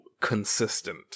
consistent